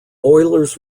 oilers